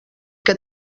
que